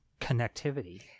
connectivity